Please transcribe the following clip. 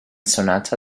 sonata